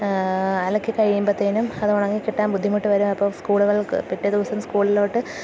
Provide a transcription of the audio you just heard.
അലക്കി കഴിയുമ്പോഴത്തേനും അതുണങ്ങിക്കിട്ടാൻ ബുദ്ധിമുട്ട് വരും അപ്പോള് സ്കൂളുകൾക്കു പിറ്റേ ദിവസം സ്കൂളിലോട്ട്